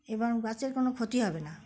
এবং গাছের কোনো ক্ষতি হবে না